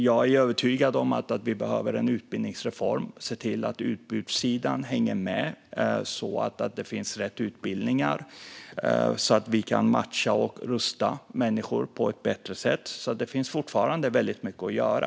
Jag är övertygad om att vi behöver en utbildningsreform och att vi behöver se till att utbudssidan hänger med så att det finns rätt utbildningar. Då kan vi matcha och rusta människor på ett bättre sätt. Det finns alltså fortfarande väldigt mycket att göra.